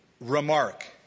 remark